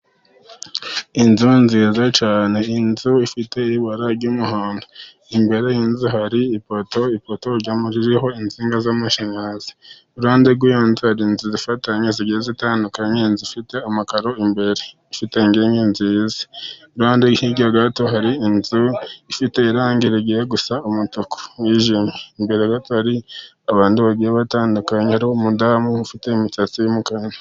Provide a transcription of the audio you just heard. Inzu nziza cyane, inzu ifite ibara ry'umuhondo imbere y'inzu hari ipoto, ipoto ry'umuriro ririho insinga z'amashanyarazi, iruhande rw'iyo nzi hari inzu zifatanye zigiye zitandukanye, inzu ifite amakaro imbere ifite inkingi nziza, iruhande hirya gato hari inzu ifite irangi rigiye gusa umutuku wijimye, imbere gato hari abantu bagiye batandukanye, hari umudamu ufite imisatsi y'umukara.